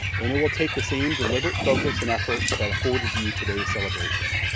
and it will take the same deliberate focus and effort that afforded you today's celebration.